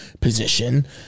position